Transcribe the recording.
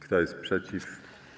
Kto jest przeciw?